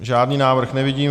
Žádný návrh nevidím.